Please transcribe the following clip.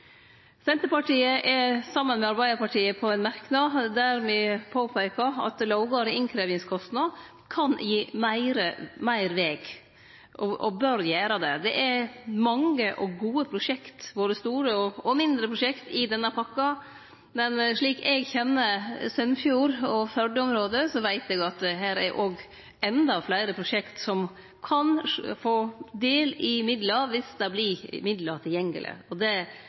Senterpartiet står saman med Arbeidarpartiet om ein merknad der me peiker på at lågare innkrevjingskostnad kan gi meir veg og bør gjere det. Det er mange og gode prosjekt, både store og mindre, i denne pakken. Men slik eg kjenner Sunnfjord og Førde-området, veit eg at det her òg er endå fleire prosjekt som kan få del i midlar viss det vert midlar tilgjengeleg. Det